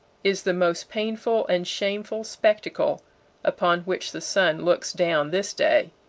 is the most painful and shameful spectacle upon which the sun looks down this day.